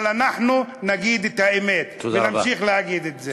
אבל אנחנו נגיד את האמת ונמשיך להגיד את זה.